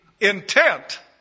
intent